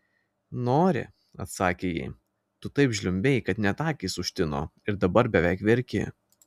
nori atsakė ji tu taip žliumbei kad net akys užtino ir dabar beveik verki